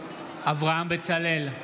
אברהם בצלאל,